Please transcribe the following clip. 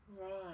Right